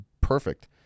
perfect